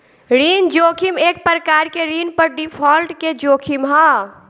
ऋण जोखिम एक प्रकार के ऋण पर डिफॉल्ट के जोखिम ह